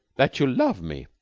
that you love me,